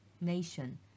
nation